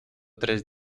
tres